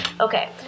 okay